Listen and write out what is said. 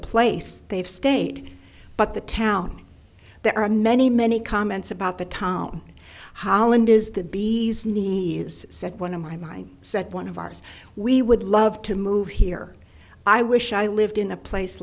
place they've stayed but the town there are many many comments about the town holland is the bees knees said one of my mind set one of ours we would love to move here i wish i lived in a place